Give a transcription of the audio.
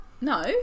No